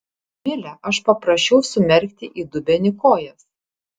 mile aš paprašiau sumerkti į dubenį kojas